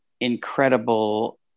incredible